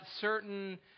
certain